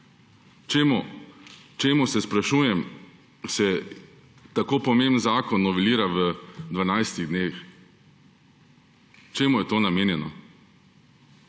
Čemu, se sprašujem, se tako pomemben zakon novelira v 12 dneh? Čemu je to namenjeno?